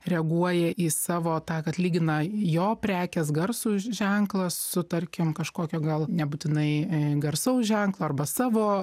reaguoja į savo tą kad lygina jo prekės garsų ženklą su tarkim kažkokio gal nebūtinai garsaus ženklo arba savo